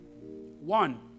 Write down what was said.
One